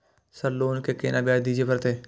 Sir loan के केना ब्याज दीये परतें?